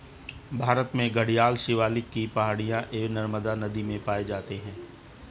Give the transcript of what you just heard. भारत में घड़ियाल शिवालिक की पहाड़ियां एवं नर्मदा नदी में पाए जाते हैं